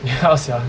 ya sia